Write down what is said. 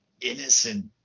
innocent